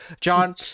John